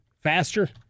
faster